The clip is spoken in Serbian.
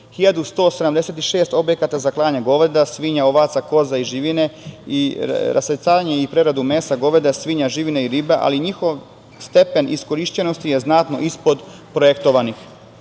1.176 objekata za klanje goveda, svinja, ovaca, koza i živine i rasvrstavanje i preradu mesa goveda, svinja, živine i ribe, ali i njihov stepen iskorišćenosti je znatno ispod projektovanih. Mali